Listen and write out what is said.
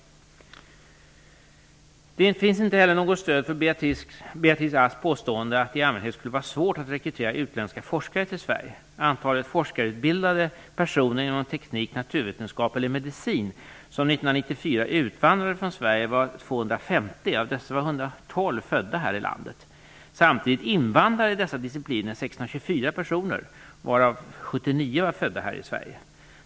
Det finns inte heller något stöd för Beatrice Asks påstående, att det i allmänhet skulle vara svårt att rekrytera utländska forskare till Sverige. Antalet forskarutbildade personer inom teknik, naturvetenskap eller medicin som år 1994 utvandrade från Sverige var 250. Av dessa var 112 födda här i landet. Samtidigt invandrade i dessa discipliner 624 personer, varav 79 var födda i Sverige.